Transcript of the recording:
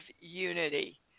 unity